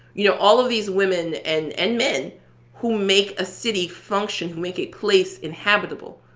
you know, all of these women and and men who make a city function, who make a place inhabitable,